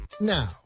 Now